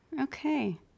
Okay